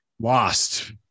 lost